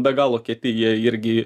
be galo kieti jie irgi